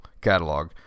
catalog